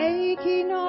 aching